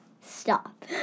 Stop